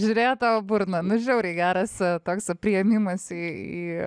žiūrėjo į tavo burną nu žiauriai geras toks priėmimas į į